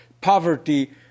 poverty